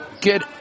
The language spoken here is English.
get